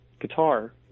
guitar